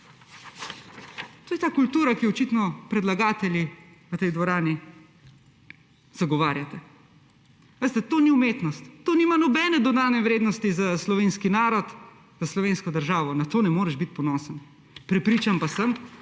to je ta kultura, ki jo očitno predlagatelji v tej dvorani zagovarjate. Veste, to ni umetnost. To nima nobene dodane vrednosti za slovenski narod, za slovensko državo, na to ne moreš biti ponosen, prepričan pa sem,